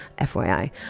FYI